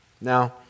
now